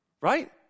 Right